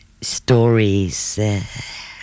stories